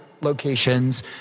locations